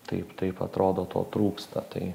taip taip atrodo to trūksta tai